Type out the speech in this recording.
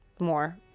more